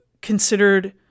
considered